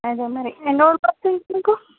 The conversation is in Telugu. అదే మరి ఎన్ని రోజులు పడుతుంది మీకు